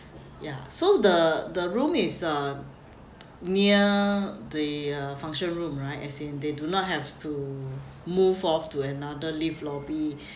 ya so the the room is uh near the uh function room right as in they do not have to move off to another lift lobby